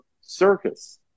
Circus